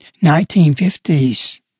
1950s